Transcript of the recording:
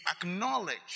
acknowledge